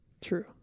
True